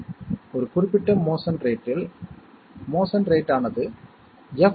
எனவே கணிதக் கூட்டல்களின் சாத்தியமான முடிவுகளை நான் எழுதியுள்ளேன்